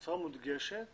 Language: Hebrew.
בצורה מודגשת